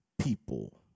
people